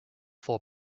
four